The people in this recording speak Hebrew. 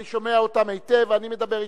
אני שומע אותם היטב ואני מדבר אתם.